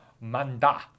Manda